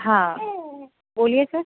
હા બોલીએ સર